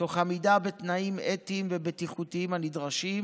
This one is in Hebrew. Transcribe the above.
תוך עמידה בתנאים האתיים והבטיחותיים הנדרשים,